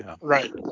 Right